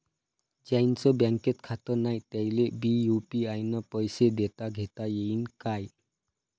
ज्याईचं बँकेत खातं नाय त्याईले बी यू.पी.आय न पैसे देताघेता येईन काय?